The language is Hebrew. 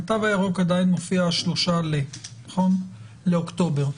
התו הירוק עדיין מופיע 3 לאוקטובר נכון?